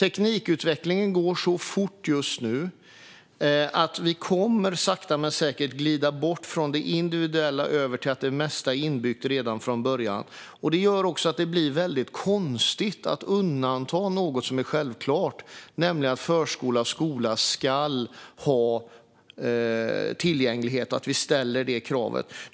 Teknikutvecklingen går så fort just nu att vi sakta men säkert kommer att glida bort från det individuella över till att det mesta är inbyggt redan från början. Det gör också att det blir väldigt konstigt att undanta något som är självklart, nämligen att förskola och skola ska ha tillgänglighet och att vi ställer detta krav.